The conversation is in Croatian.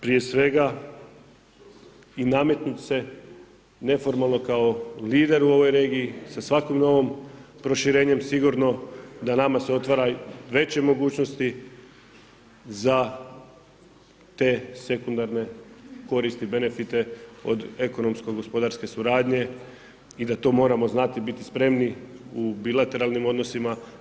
Prije svega i nametnuti se neformalno kao lider u ovoj regiji, sa svakim novim proširenjem, sigurno da nama se otvara veće mogućnosti za te sekundarne koristi, benefite, od ekonomske-gospodarske suradnje i da to moramo znati biti spremni u bilateralnim odnosima.